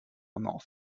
north